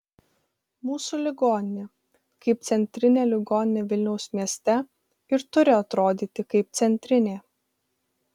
mūsų ligoninė kaip centrinė ligoninė vilniaus mieste ir turi atrodyti kaip centrinė